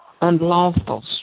unlawful